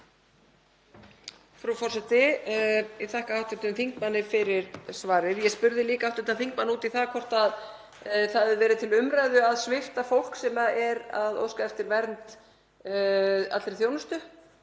Frú forseti. Ég þakka hv. þingmanni fyrir svarið. Ég spurði líka hv. þingmann út í hvort það hefði verið til umræðu að svipta fólk sem er að óska eftir vernd allri þjónustu